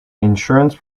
insurance